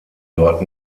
dort